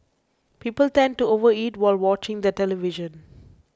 people tend to overeat while watching the television